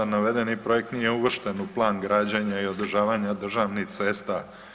Navedeni projekt nije uvršten u plan građenja i održavanja državnih cesta.